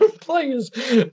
players